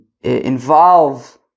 involve